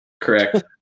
Correct